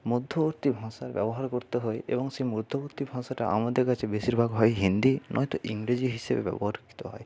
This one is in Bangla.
মধ্যবর্তী ভাষার ব্যবহার করতে হয় এবং সেই মধ্যবর্তী ভাষাটা আমাদের কাছে বেশিরভাগ হয় হিন্দি নয়তো ইংরেজি হিসেবে ব্যবহৃত হয়